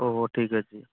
ଓହୋ ଠିକ ଅଛି